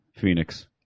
Phoenix